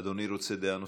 אדוני רוצה דעה נוספת?